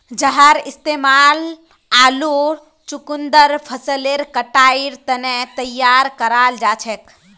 जहार इस्तेमाल आलू चुकंदर फसलेर कटाईर तने तैयार कराल जाछेक